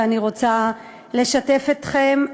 ואני רוצה לשתף אתכם,